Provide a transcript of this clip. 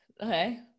okay